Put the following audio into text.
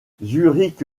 zurich